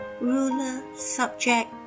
ruler-subject